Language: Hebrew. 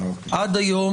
בעבירה הזו